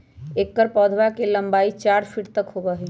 एकर पौधवा के लंबाई चार फीट तक होबा हई